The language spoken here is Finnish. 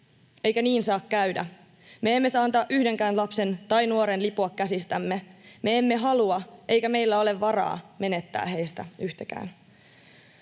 Eikä niin saa käydä. Me emme saa antaa yhdenkään lapsen tai nuoren lipua käsistämme. Me emme halua eikä meillä ole varaa menettää heistä yhtäkään.